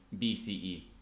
BCE